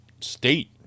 state